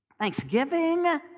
Thanksgiving